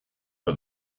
but